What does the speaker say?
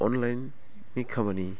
अनलाइननि खामानि